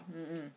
mm mm